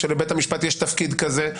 שלבית המשפט יש תפקיד כזה,